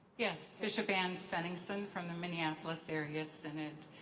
yes, bishop ann svenningson from the minneapolis area synod.